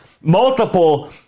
multiple